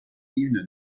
hymne